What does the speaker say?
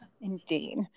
Indeed